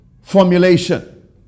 formulation